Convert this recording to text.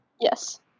Yes